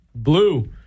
Blue